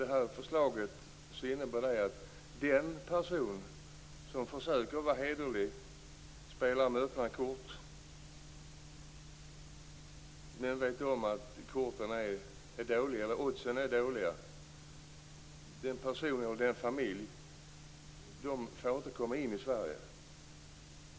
Det här förslaget innebär att den person eller den familj som försöker vara hederlig och spelar med öppna kort men vet att oddsen är dåliga inte får stanna i Sverige.